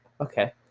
Okay